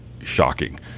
shocking